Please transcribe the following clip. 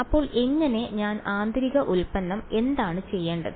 അപ്പോൾ എങ്ങനെ ഞാൻ ആന്തരിക ഉൽപ്പന്നം എന്താണ് ചെയ്യേണ്ടത്